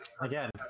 Again